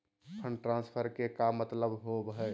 Fund transfer के का मतलब होव हई?